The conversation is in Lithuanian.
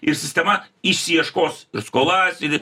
ir sistema išsiieškos skolas ir